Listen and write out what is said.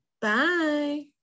Bye